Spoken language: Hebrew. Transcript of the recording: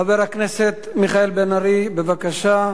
חבר הכנסת מיכאל בן-ארי, בבקשה.